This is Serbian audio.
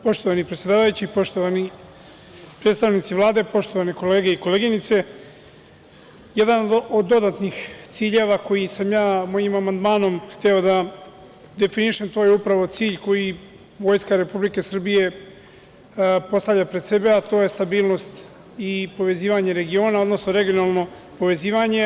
Poštovani predsedavajući, poštovani predstavnici Vlade, poštovani kolege i koleginice, jedan od dodatnih ciljeva koji sam ja mojim amandmanom hteo da definišem to je upravo cilj koji Vojska Republike Srbije postavlja pred sebe, a to je stabilnost i povezivanje regiona, odnosno regionalno povezivanje.